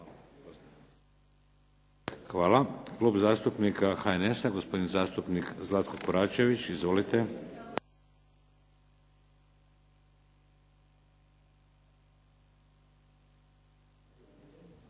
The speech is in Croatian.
Hvala. Klub zastupnika HNS-a, gospodin zastupnik Zlatko Koračević. Izvolite.